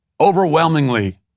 overwhelmingly